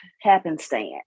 happenstance